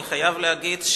אני חייב להגיד,